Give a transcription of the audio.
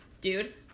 dude